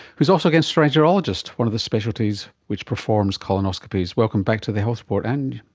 who is also a gastroenterologist, one of the specialties which performs colonoscopies. welcome back to the health report and